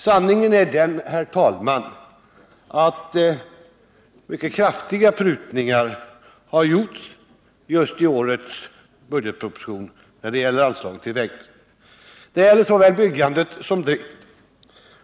Sanningen är den att mycket kraftiga prutningar har gjorts just i årets budgetproposition när det gäller anslagen till vägnätet. Det gäller såväl byggandet som driften.